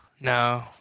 No